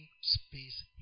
space